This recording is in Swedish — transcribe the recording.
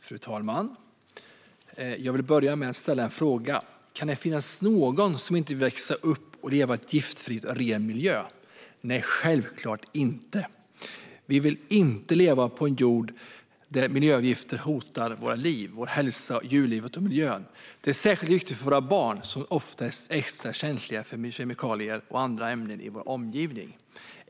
Fru talman! Jag vill börja med att ställa en fråga: Kan det finnas någon som inte vill växa upp och leva i en giftfri och ren miljö? Nej, självklart inte. Vi vill inte leva på en jord där miljögifter hotar våra liv, vår hälsa, djurlivet och miljön. Detta är särskilt viktigt för våra barn, som ofta är extra känsliga för kemikalier och andra ämnen i vår omgivning.